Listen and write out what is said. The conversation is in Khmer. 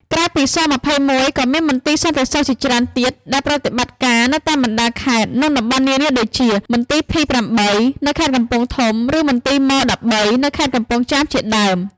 ក្រៅពី ស-២១ ក៏មានមន្ទីរសន្តិសុខជាច្រើនទៀតដែលប្រតិបត្តិការនៅតាមបណ្តាខេត្ត និងតំបន់នានាដូចជា មន្ទីរ ភី-៨ នៅខេត្តកំពង់ធំ ឬមន្ទីរ ម-១៣ នៅខេត្តកំពង់ចាមជាដើម។